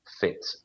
fit